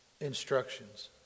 Instructions